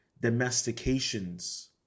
domestications